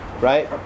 right